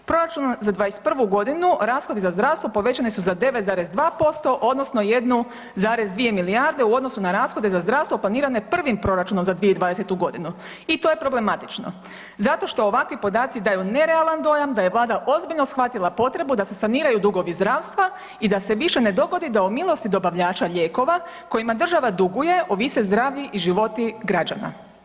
Proračun za '21. godinu, rashodi za zdravstvo povećani su za 9,2% odnosno 1,2 milijarde u odnosu na rashode za zdravstvo planirane prvim proračunom za 2020. godinu i to je problematično zato što ovakvi podaci daju nerealan dojam da je Vlada ozbiljno shvatila potrebu da se saniraju dugovi zdravstva i da se više ne dogodi da u milosti dobavljača lijekova kojima država duguje ovise zdravi i životi građana.